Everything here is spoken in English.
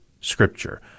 Scripture